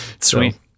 Sweet